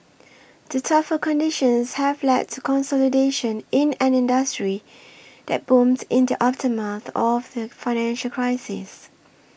the tougher conditions have led to consolidation in an industry that booms in the aftermath of the financial crisis